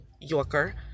Yorker